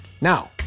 Now